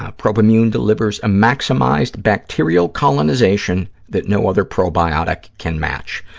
ah probimune delivers a maximized bacterial colonization that no other probiotic can match.